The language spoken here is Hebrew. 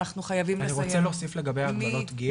אני רוצה להוסיף לגבי הגבלות גיל.